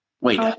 Wait